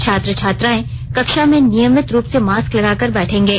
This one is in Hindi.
छात्र छात्राएं कक्षा में नियमित रूप से मास्क लगाकर बैठेंगे